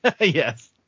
Yes